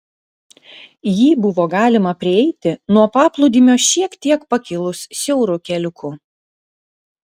jį buvo galima prieiti nuo paplūdimio šiek tiek pakilus siauru keliuku